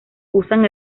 usan